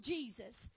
Jesus